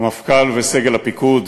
המפכ"ל וסגל הפיקוד,